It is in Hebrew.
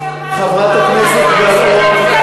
חברת הכנסת גלאון,